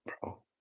bro